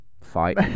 fight